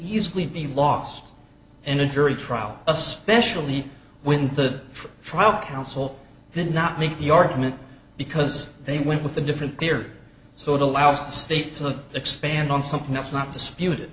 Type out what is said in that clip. easily be lost in a jury trial especially when the trial counsel then not make the argument because they went with a different peer so it allows the state to expand on something that's not dispute